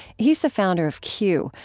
he's the founder of q,